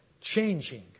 changing